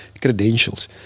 credentials